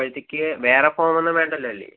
അപ്പോഴത്തേക്ക് വേറെ ഫോമൊന്നും വേണ്ടല്ലൊ അല്ലെ